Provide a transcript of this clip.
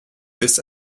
this